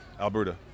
Alberta